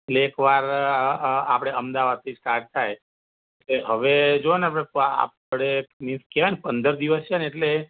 એટલે એકવાર આપણે અમદાવાદથી સ્ટાર્ટ થાય એટલે હવે જોઓ ને આપણે મીન્સ કહેવાય ને પંદર દિવસ છે ને એટલે